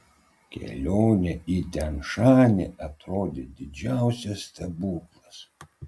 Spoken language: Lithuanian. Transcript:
kelionė į tian šanį atrodė didžiausias stebuklas